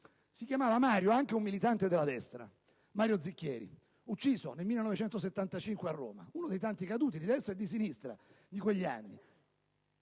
Si chiamava Mario anche un militante della destra, Mario Zicchieri, ucciso nel 1975 a Roma. Uno dei tanti caduti di destra e di sinistra di quegli anni.